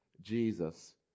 Jesus